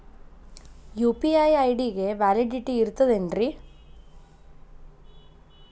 UPI ID ಗೆ validity ಇರತದ ಏನ್ರಿ?